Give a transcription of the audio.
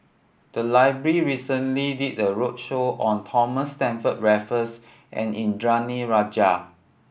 the library recently did a roadshow on Thomas Stamford Raffles and Indranee Rajah